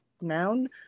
noun